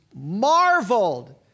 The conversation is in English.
marveled